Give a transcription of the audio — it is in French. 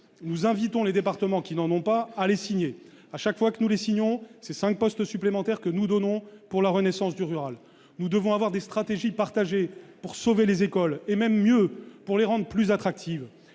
nous invitons les départements qui n'en ont pas aller signer à chaque fois que nous les c'est 5 postes supplémentaires que nous donnons pour la renaissance du rural, nous devons avoir des stratégies partager pour sauver les écoles et même mieux, pour les rendre plus attractives,